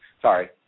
Sorry